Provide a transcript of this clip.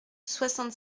soixante